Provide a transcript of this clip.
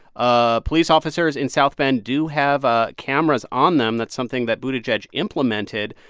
ah police officers in south bend do have ah cameras on them. that's something that buttigieg implemented.